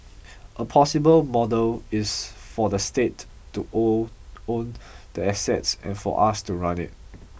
a possible model is for the state to own own the assets and for us to run it